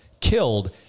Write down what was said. killed